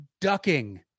Ducking